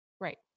right